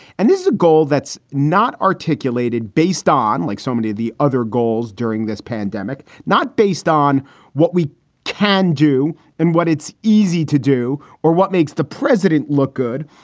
and this is a goal that's not articulated based on like so many of the other goals during this pandemic, not based on what we can do and what it's easy to do or what makes the president look good.